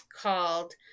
called